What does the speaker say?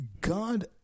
God